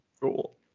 cool